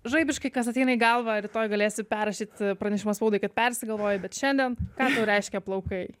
žaibiškai kas ateina į galvą rytoj galėsi perrašyt pranešimą spaudai kad persigalvojai bet šiandien ką reiškia plaukai